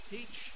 Teach